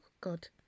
God